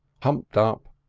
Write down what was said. humped up,